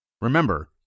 Remember